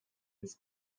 its